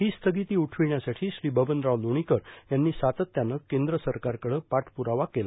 ही स्थगिती उठविण्यासाठी श्री बबनराव लोणीकर यांनी सातत्यानं केंद्र सरकारकडं पाठपुरावा केला